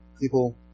people